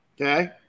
Okay